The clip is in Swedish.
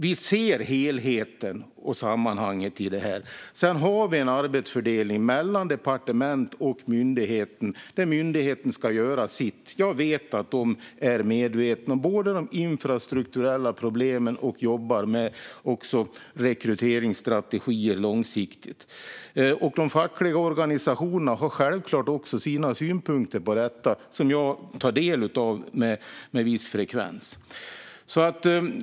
Vi ser helheten och sammanhanget här. Sedan har vi en arbetsfördelning mellan departement och myndighet, där myndigheten ska göra sitt. Jag vet att de är medvetna om de infrastrukturella problemen och att de jobbar med rekryteringsstrategier långsiktigt. De fackliga organisationerna har självfallet sina synpunkter på detta, som jag tar del av med viss frekvens.